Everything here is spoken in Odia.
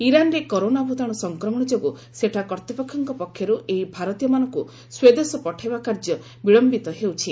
ଇରାନ୍ରେ କରୋନା ଭୂତାଣୁ ସଂକ୍ରମଣ ଯୋଗୁଁ ସେଠା କର୍ତ୍ତ୍ୱପକ୍ଷଙ୍କ ପକ୍ଷରୁ ଏହି ଭାରତୀମାନଙ୍କୁ ସ୍ୱଦେଶ ପଠାଇବା କାର୍ଯ୍ୟ ବିଳୟିତ ହେଉଛି